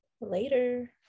later